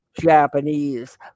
Japanese